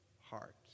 heart